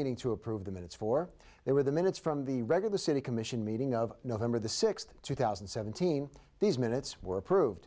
meeting to approve the minutes for they were the minutes from the regular city commission meeting of november the sixth two thousand and seventeen these minutes were approved